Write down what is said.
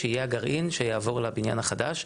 שיהיה הגרעין שיעבור לבניין החדש,